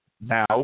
now